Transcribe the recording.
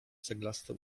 ceglaste